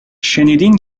شنیدین